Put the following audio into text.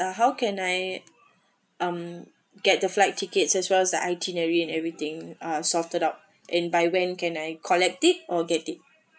how can I um get the flight tickets as well as the itinerary and everything are sorted out and by when can I collect it or get it